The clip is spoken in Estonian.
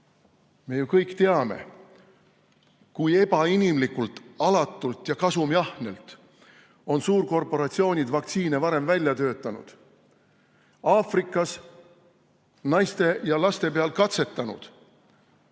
me ju kõik teame, kui ebainimlikult, alatult ja kasumiahnelt on suurkorporatsioonid vaktsiine varem välja töötanud, Aafrikas naiste ja laste peal katsetanud